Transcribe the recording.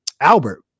Albert